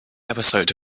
episode